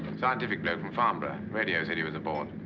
scientific bloke from farnborough. radio said he was aboard.